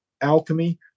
Alchemy